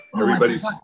Everybody's